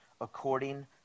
according